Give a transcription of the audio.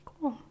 Cool